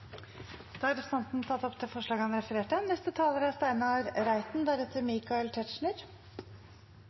Da har representanten Terje Aasland tatt opp det forslaget han refererte,